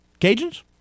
Cajuns